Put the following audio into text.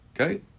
Okay